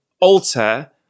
alter